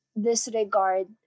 disregard